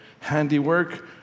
handiwork